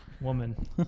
Woman